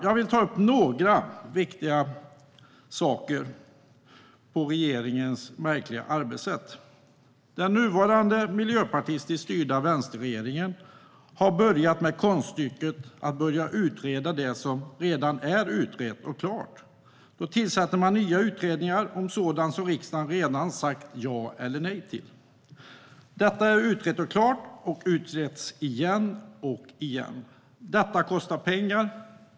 Jag vill ta upp några viktiga exempel på regeringens märkliga arbetssätt. Den nuvarande miljöpartistiskt styrda vänsterregeringen har börjat med konststycket att utreda det som redan är utrett och klart. Man tillsätter nya utredningar om sådant som riksdagen redan har sagt ja eller nej till. Det är utrett och klart, och det utreds igen och igen. Det kostar pengar.